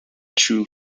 true